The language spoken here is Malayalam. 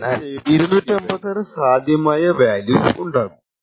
ഒരു ബൈറ്റ് ആണ് AES കീയുടെ ഓരോ ഭാഗത്തിനും ആയതിനാൽ 256 സാധ്യമായ വാല്യൂസ് ഉണ്ടാകും